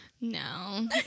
No